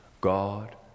God